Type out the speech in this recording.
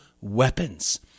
weapons